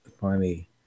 funny